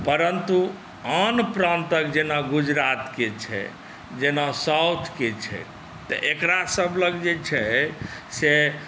परन्तु आन प्रान्तके जेना गुजरात के छै जेना साउथ के छै तऽ एकरा सबलग जे छै से